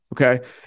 Okay